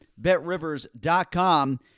BetRivers.com